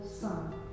son